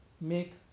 make